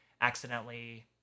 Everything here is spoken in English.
accidentally